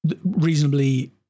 reasonably